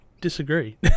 disagree